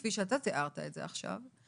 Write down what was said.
כפי שאתה תיארת את זה עכשיו.